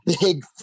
big